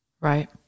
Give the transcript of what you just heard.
Right